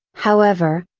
however,